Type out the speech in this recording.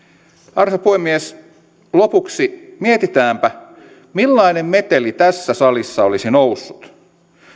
arvoisa puhemies lopuksi mietitäänpä millainen meteli tässä salissa olisi noussut